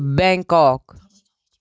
Bangkok